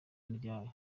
ryayo